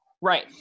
Right